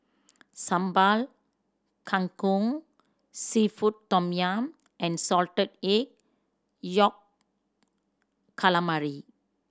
Sambal Kangkong seafood tom yum and Salted Egg Yolk Calamari